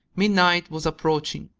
midnight was approaching.